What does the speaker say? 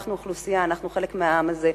אנחנו אוכלוסייה, אנחנו חלק מהעם הזה.